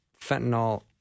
fentanyl